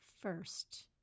first